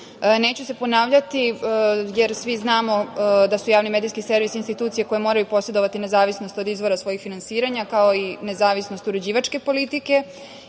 se ponavljati, jer svi znamo da su javni medijski servisi institucije koje moraju posedovati nezavisnost od izvora svojih finansiranja, kao i nezavisnost uređivačke politike